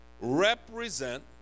represent